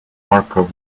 markov